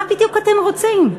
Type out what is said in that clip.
מה בדיוק אתם רוצים?